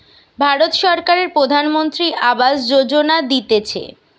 ভারত সরকারের প্রধানমন্ত্রী আবাস যোজনা দিতেছে